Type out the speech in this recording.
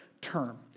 term